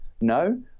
no